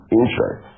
interest